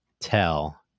tell